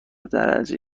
درجه